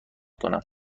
کنم